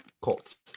Colts